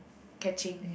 catching